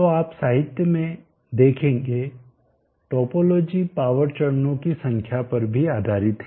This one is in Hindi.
तो आप साहित्य में देखेंगे टोपोलॉजी पावर चरणों की संख्या पर भी आधारित है